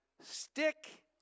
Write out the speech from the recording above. Stick